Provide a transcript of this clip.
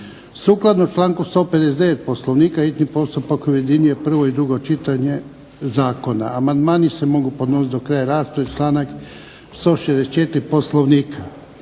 Sukladno članku 159. Poslovnika hitni postupak ujedinjuje prvo i drugo čitanje Zakona. Amandmani se mogu podnositi do kraja rasprave članak 164. poslovnika.